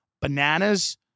bananas